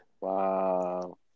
wow